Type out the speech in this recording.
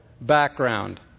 background